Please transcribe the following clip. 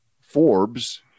Forbes